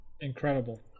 Incredible